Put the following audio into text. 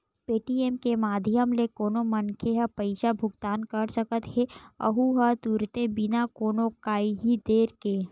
Paytm के माधियम ले कोनो मनखे ह पइसा भुगतान कर सकत हेए अहूँ ह तुरते बिना कोनो काइही देर के